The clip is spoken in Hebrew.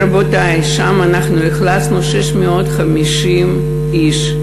רבותי, אנחנו נתנו שם דירות ל-650 איש: